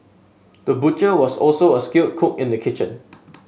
the butcher was also a skilled cook in the kitchen